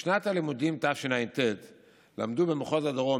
בשנת הלימודים תשע"ט למדו במחוז הדרום,